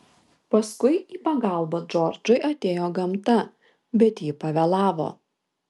paskui į pagalbą džordžui atėjo gamta bet ji pavėlavo